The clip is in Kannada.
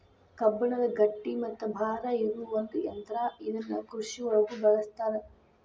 ಕಬ್ಬಣದ ಗಟ್ಟಿ ಮತ್ತ ಭಾರ ಇರು ಒಂದ ಯಂತ್ರಾ ಇದನ್ನ ಕೃಷಿ ಒಳಗು ಬಳಸ್ತಾರ